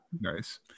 Nice